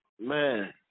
Man